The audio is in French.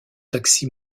taxi